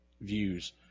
views